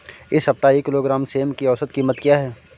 इस सप्ताह एक किलोग्राम सेम की औसत कीमत क्या है?